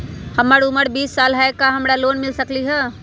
हमर उमर बीस साल हाय का हमरा लोन मिल सकली ह?